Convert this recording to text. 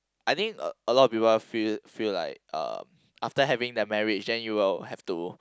I think a a lot of people feel feel like uh after having the marriage then you will have to